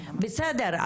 בסדר,